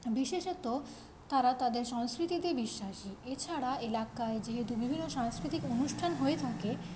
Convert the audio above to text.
বিশেষত তারা তাদের সংস্কৃতিতে বিশ্বাসী এছাড়া এলাকায় যেহেতু বিভিন্ন সাংস্কৃতিক অনুষ্ঠান হয়ে থাকে